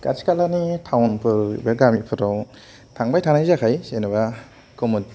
खाथि खालानि टाउनफोर बा गामिफोराव थांबाय थानाय जाखायो जेनबा कमन